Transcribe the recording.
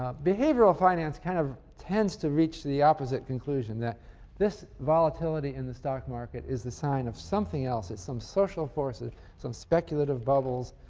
ah behavioral finance kind of tends to reach the opposite conclusion that this volatility in the stock market is the sign of something else it's some social force, some speculative bubbles,